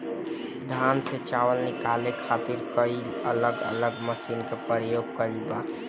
धान से चावल निकाले खातिर कई अलग अलग मशीन के प्रयोग कईल गईल बा